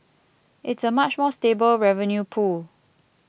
it's a much more stable revenue pool